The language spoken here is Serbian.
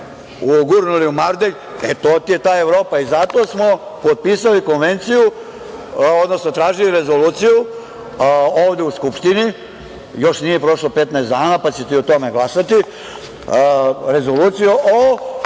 gurnuli mardelj, e to ti je ta Evropa i zato smo potpisali Konvenciju, odnosno tražili rezoluciju ovde u Skupštini, još nije prošlo 15 dana, pa ćete i o tome glasati, rezolucija o